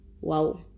wow